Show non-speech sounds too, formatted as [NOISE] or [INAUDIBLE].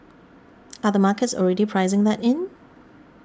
[NOISE] are the markets already pricing that in